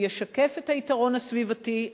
שהוא ישקף את היתרון הסביבתי,